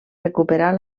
recuperar